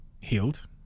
healed